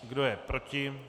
Kdo je proti?